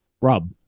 rob